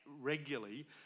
regularly